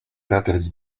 interdit